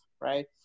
right